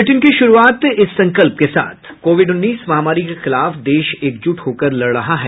bulletin की शुरूआत से पहले ये संकल्प कोविड उन्नीस महामारी के खिलाफ देश एकजुट होकर लड़ रहा है